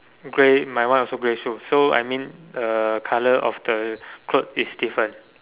grey my one also grey so so I mean uh colour of the cloth is different